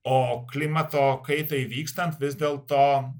o klimato kaitai vykstant vis dėlto